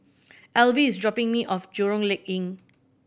Alvie is dropping me off Jurong Lake